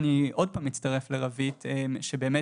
ואני גם עוד פעם מצטרף לרוית, שבאמת